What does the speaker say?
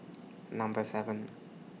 Number seven